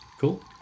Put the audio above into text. Cool